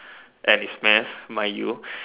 at it's mass mind you